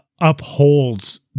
upholds